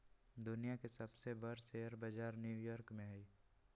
दुनिया के सबसे बर शेयर बजार न्यू यॉर्क में हई